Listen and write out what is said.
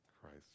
Christ